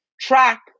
track